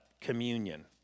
communion